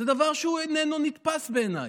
זה דבר שאינו נתפס בעיניי?